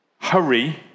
hurry